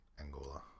Angola